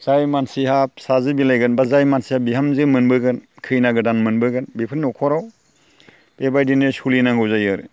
जाय मानसिहा फिसाजो बिलाइगोन एबा जाय मानसिहा बिहामजो मोनबोगोन खैना गोदान मोनबोगोन बेफोरनि न'खराव बेबायदिनो सोलिनांगौ जायो आरो